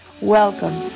Welcome